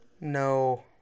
No